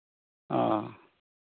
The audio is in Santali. ᱚ